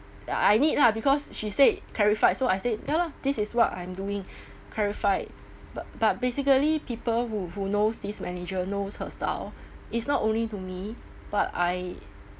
I need lah because she said clarified so I said ya lah this is what I'm doing clarified b~ but basically people who who knows this manager knows her style it's not only to me but I